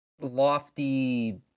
lofty